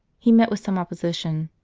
he met with some opposition,